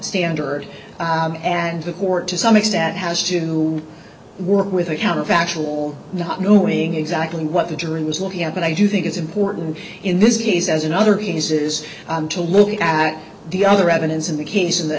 standard and the court to some extent has to work with a counterfactual not knowing exactly what the jury was looking at but i do think it's important in this case as another he says to look at the other evidence in the case in the